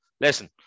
listen